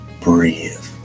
Breathe